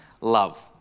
love